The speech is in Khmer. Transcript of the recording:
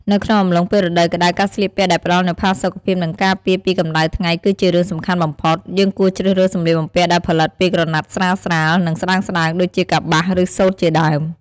នៅក្នុងអំឡុងពេលរដូវក្តៅ ការស្លៀកពាក់ដែលផ្ដល់នូវផាសុខភាព និងការពារពីកម្ដៅថ្ងៃគឺជារឿងសំខាន់បំផុត យើងគួរជ្រើសរើសសម្លៀកបំពាក់ដែលផលិតពី ក្រណាត់ស្រាលៗ និងស្តើងៗ ដូចជា កប្បាស ឬ សូត្រជាដើម។